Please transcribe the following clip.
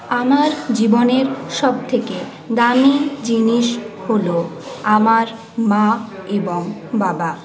আমার জীবনের সব থেকে দামি জিনিস হলো আমার মা এবং বাবা